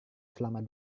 selama